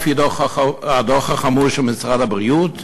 לפי הדוח החמור של משרד הבריאות,